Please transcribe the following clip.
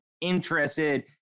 interested